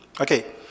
Okay